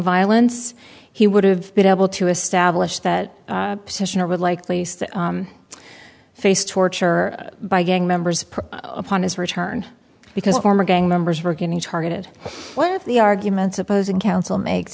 violence he would have been able to establish that position or would likely face torture by gang members upon his return because former gang members were getting targeted one of the arguments opposing counsel makes